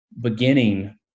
beginning